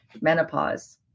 menopause